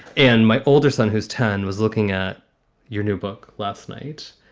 and my older son, who's ten, was looking at your new book last night,